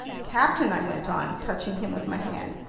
captain! i went on, touching him with my hand.